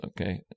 Okay